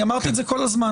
אני אמרתי את זה כל הזמן.